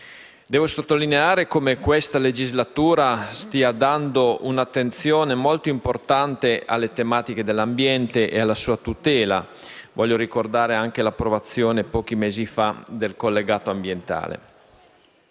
Devo sottolineare come questa legislatura stia rivolgendo un'attenzione molto importante alle tematiche dell'ambiente e alla sua tutela. Voglio ricordare anche l'approvazione, pochi mesi fa, del collegato ambientale.